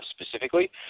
specifically